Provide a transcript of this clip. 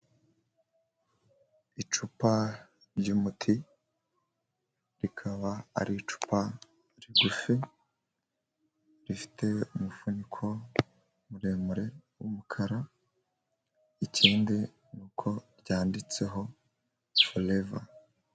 Icupa ry'umuti, rikaba ari icupa rigufi, rifite umufuniko muremure w'umukara, ikindi ni uko ryanditseho foreva.